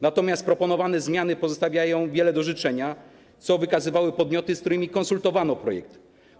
Natomiast proponowane zmiany pozostawiają wiele do życzenia, co wykazywały podmioty, z którymi konsultowano projekt.